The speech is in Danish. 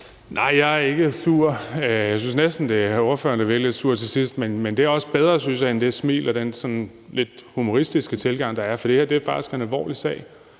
Nej, jeg er ikke sur. Jeg synes næsten, det er ordføreren, der virker lidt sur til sidst, men det er også bedre, synes jeg, end det smil og den lidt humoristiske tilgang, der er, for det her er faktisk en alvorlig sag.